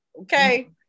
okay